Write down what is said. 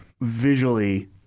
visually